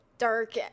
dark